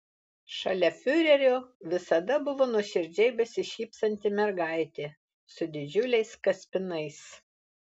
šalia fiurerio visada buvo nuoširdžiai besišypsanti mergaitė su didžiuliais kaspinais